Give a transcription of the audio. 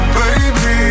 baby